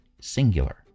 singular